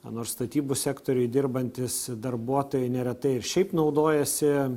nors statybų sektoriuj dirbantys darbuotojai neretai ir šiaip naudojasi